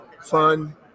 fun